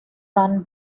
run